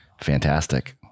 fantastic